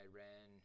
Iran